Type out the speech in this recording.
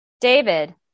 David